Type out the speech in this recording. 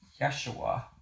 Yeshua